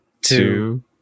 two